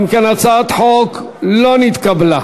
אם כן, הצעת החוק לא נתקבלה.